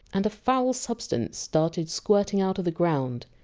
and a foul substance started squirting out of the ground.